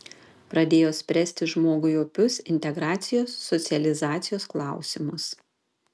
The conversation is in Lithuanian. pradėjo spręsti žmogui opius integracijos socializacijos klausimus